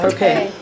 Okay